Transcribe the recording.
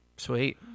Sweet